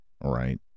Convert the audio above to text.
right